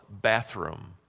bathroom